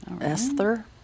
Esther